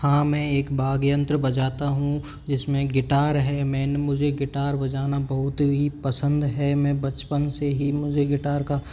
हाँ मैं एक वाद्ययंत्र बजाता हूँ जिसमें गिटार है मेन मुझे गिटार बजाना बहुत ही पसंद है मैं बचपन से ही मुझे गिटार का